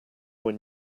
when